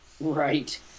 Right